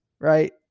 right